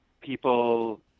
people